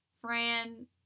Fran